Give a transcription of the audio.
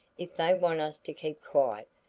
if they want us to keep quiet,